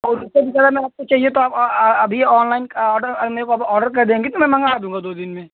और उस पर चाहिये तो आप अभी ऑनलाइन आडर ने अब ओडर कर देंगी तो मैं मंगा दूंगा दो दिन में